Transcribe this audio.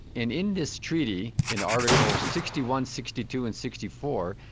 in in this treaty, in articles sixty one, sixty two and sixty four,